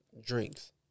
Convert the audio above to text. Drinks